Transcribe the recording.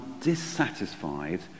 dissatisfied